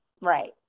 Right